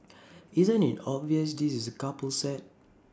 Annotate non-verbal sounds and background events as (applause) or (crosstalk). (noise) isn't IT obvious this is A couple set